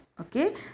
okay